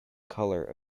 color